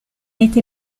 été